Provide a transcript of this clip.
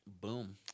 boom